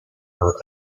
her